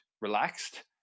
relaxed